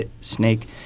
snake